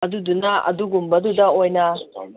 ꯑꯗꯨꯗꯨꯅ ꯑꯗꯨꯒꯨꯝꯕꯗꯨꯗ ꯑꯣꯏꯅ